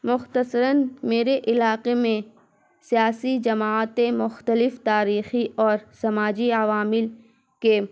مختصراً میرے علاقے میں سیاسی جماعتیں مختلف تاریخی اور سماجی عوامل کے